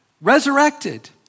resurrected